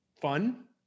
fun